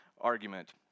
argument